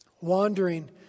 wandering